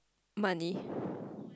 money